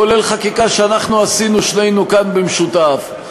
כולל חקיקה שאנחנו שנינו עשינו כאן במשותף.